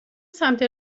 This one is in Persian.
سمت